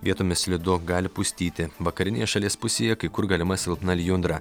vietomis slidu gali pustyti vakarinėje šalies pusėje kai kur galima silpna lijundra